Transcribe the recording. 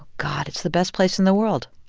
god. it's the best place in the world.